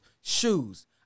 shoes